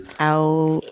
Out